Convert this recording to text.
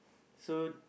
so